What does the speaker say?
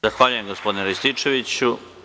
Zahvaljujem gospodine Rističeviću.